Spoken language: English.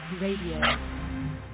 Radio